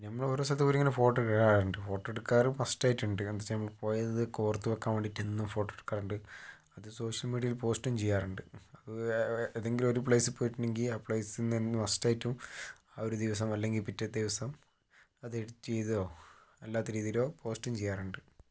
പിന്നെ നമ്മൾ ഓരോ സ്ഥലത്ത് പോയിട്ടിങ്ങനെ ഫോട്ടോ എടുക്കാറുണ്ട് ഫോട്ടോ എടുക്കാറ് മസ്റ്റായിട്ടുണ്ട് അത് വെച്ചാൽ ഞങ്ങൾ പോയത് ഓർത്തു വെക്കാൻ വേണ്ടിയിട്ട് എന്നും ഫോട്ടോ എടുക്കാറുണ്ട് അത് സോഷ്യൽ മീഡിയയിൽ പോസ്റ്റും ചെയ്യാറുണ്ട് അത് ഏതെങ്കിലും ഒരു പ്ലേസിൽ പോയിട്ടുണ്ടെങ്കിൽ ആ പ്ലേസിൽ നിന്നും മസ്റ്റായിട്ടും ആ ഒരു ദിവസം അല്ലെങ്കിൽ പിറ്റത്തെ ദിവസം അത് എഡിറ്റ് ചെയ്തോ അല്ലാത്ത രീതിയിലോ പോസ്റ്റും ചെയ്യാറുണ്ട്